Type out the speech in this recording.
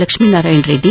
Lakshminarayana Reddy